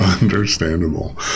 Understandable